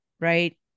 Right